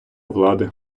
влади